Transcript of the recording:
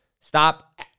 Stop